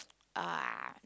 uh